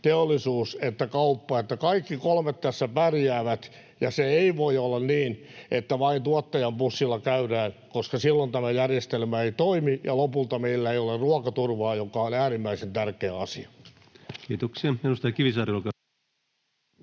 teollisuus että kauppa, kaikki kolme, tässä pärjäävät. Se ei voi olla niin, että vain tuottajan pussilla käydään, koska silloin tämä järjestelmä ei toimi ja lopulta meillä ei ole ruokaturvaa, joka on äärimmäisen tärkeä asia. [Speech